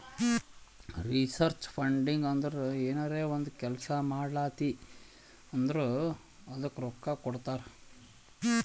research funding ಅಂದುರ್ ಏನರೇ ಒಂದ್ ಕೆಲ್ಸಾ ಮಾಡ್ಲಾತಿ ಅಂದುರ್ ಅದ್ದುಕ ರೊಕ್ಕಾ ಕೊಡ್ತಾರ್